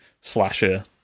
slasher